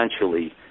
essentially